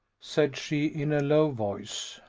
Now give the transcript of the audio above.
said she, in a low voice,